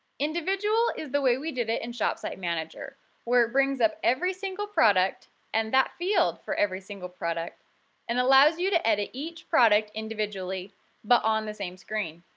individual is the way we did it in shopsite manager where it brings up every single product and that field for every single product and allows you to edit each product individually but on the same screen.